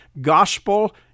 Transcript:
gospel